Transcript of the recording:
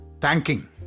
Thanking